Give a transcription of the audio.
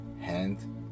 hand